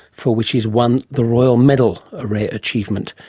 for which he has won the royal medal, a rare achievement.